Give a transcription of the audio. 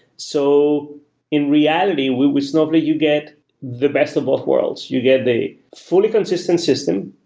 so in reality, with snowflake, you get the best of both worlds. you get the fully consistent system.